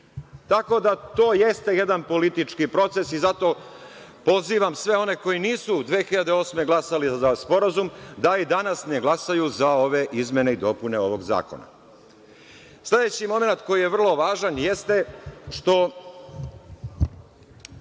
tako da to jeste jedan politički proces i zato pozivam sve one koji nisu 2008. godine glasali za Sporazum da i danas ne glasaju za ove izmene i dopune Zakona. Sledeći momenat koji je vrlo važan jeste što